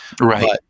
right